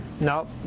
no